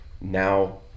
Now